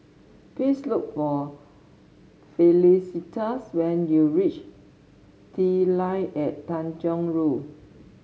please look for Felicitas when you reach The Line at Tanjong Rhu